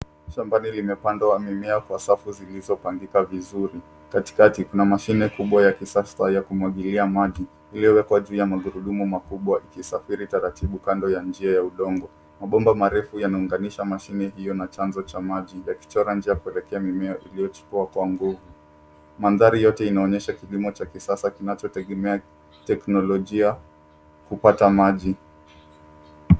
Shambani limepandwa mimea kwa safu zilizopangika vizuri. Katikati, kuna mashine kubwa ya kisasa ya kumwagilia maji, iliyowekwa juu ya magurudumu makubwa ikisafiri taratibu kando ya njia ya udongo. Mabomba marefu yanaunganisha mashini hiyo na chanzo cha maji, yakichora njia ya kuelekea mimea iliyochukua kwa nguvu. Mandhari yote inaonyesha kilimo cha kisasa kinachotegemea teknolojia kupata maji.